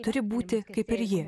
turi būti kaip ir jie